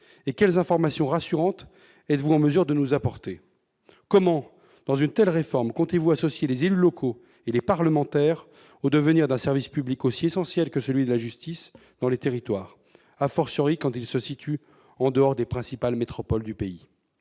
? Quelles informations rassurantes êtes-vous en mesure de nous apporter ? Comment, dans une telle réforme, comptez-vous associer les élus locaux et les parlementaires au devenir d'un service public aussi essentiel que celui de la justice dans les territoires, quand ceux-ci se situent en dehors des principales métropoles du pays ?